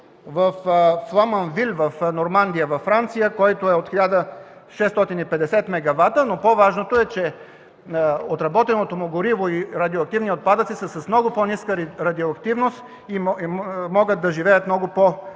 във Фламанвил в Нормандия, Франция, който е от 1650 мегавата. По-важното е, че отработеното му гориво и радиоактивни отпадъци са с много по-ниска радиоактивност и могат да живеят много по-кратко,